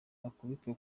akubitwa